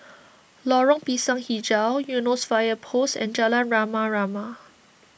Lorong Pisang HiJau Eunos Fire Post and Jalan Rama Rama